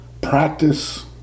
Practice